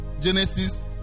Genesis